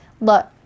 Look